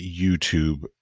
YouTube